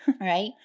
Right